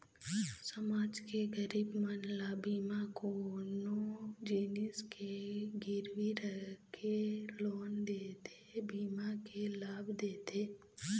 समाज के गरीब मन ल बिना कोनो जिनिस के गिरवी रखे लोन देथे, बीमा के लाभ देथे